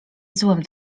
złym